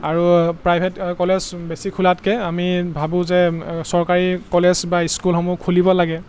আৰু private college বেছি খোলাতকৈ আমি ভাবোঁ যে চৰকাৰী কলেজ বা স্কুলসমূহ খুলিব লাগে